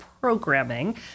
programming